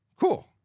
cool